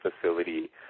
facility